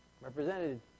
represented